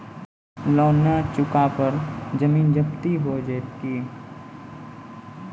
Loan न चुका पर जमीन जब्ती हो जैत की?